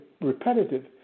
repetitive